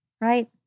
right